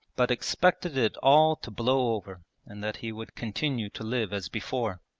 but expected it all to blow over and that he would continue to live as before.